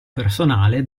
personale